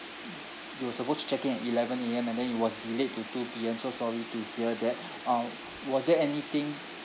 you were supposed to check in at eleven A_M and then it was delayed to two P_M so sorry to hear that uh was there anything